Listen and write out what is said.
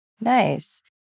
Nice